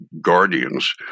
guardians